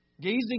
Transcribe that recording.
Gazing